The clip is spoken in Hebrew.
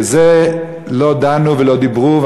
ועל זה לא דנו ולא דיברו,